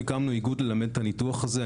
הקמנו איגוד ללמד את הניתוח הזה.